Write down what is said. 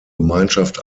gemeinschaft